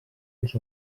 els